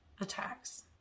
attacks